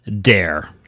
dare